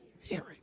hearing